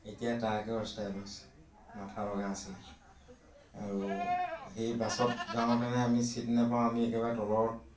এতিয়া ট্ৰাকৰ ষ্টাইল আছিলে মাথা লগা আছিলে আৰু সেই বাছত যাওঁতেনে আমি চিট নাপাওঁ আমি একেবাৰে তলত